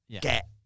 get